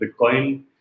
Bitcoin